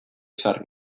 sarri